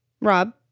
Rob